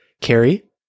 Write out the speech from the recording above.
Carrie